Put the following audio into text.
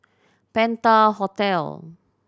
Penta Hotel